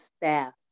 staff